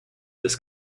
this